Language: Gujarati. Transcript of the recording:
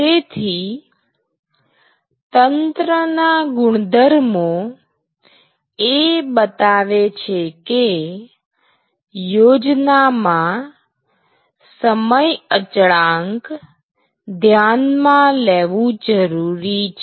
તેથી તંત્રના ગુણધર્મો એ બતાવે છે કે યોજનામાં સમય અચળાંક ધ્યાનમાં લેવું જરૂરી છે